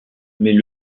mais